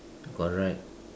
correct